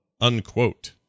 unquote